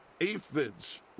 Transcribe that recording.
aphids